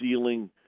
ceiling